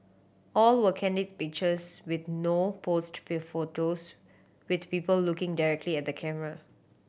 all were candid pictures with no posed photos with people looking directly at the camera